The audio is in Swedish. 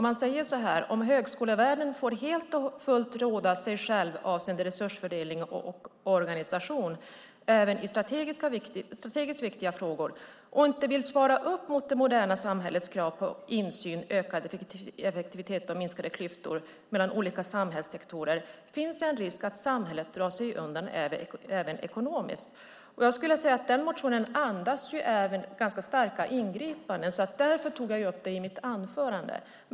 Man säger så här: "Om högskolevärlden får helt och fullt råda sig själv avseende resursfördelning och organisation även i strategiskt viktiga frågor, och inte vill svara upp mot det moderna samhällets krav på insyn, ökad effektivitet och minskade klyftor mellan olika samhällssektorer, finns en risk att samhället drar sig undan även ekonomiskt." Den motionen andas ganska starka ingripanden, och därför tog jag upp detta i mitt anförande.